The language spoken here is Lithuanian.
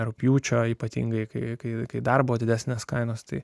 rugpjūčio ypatingai kai darbo didesnės kainos tai